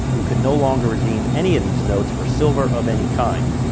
you could no longer redeem any of these notes for silver of any kind.